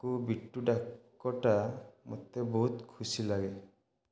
ତାଙ୍କୁ ବିଟୁ ଡାକ ଟା ମୋତେ ବହୁତ ଖୁସି ଲାଗେ